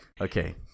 okay